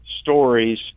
stories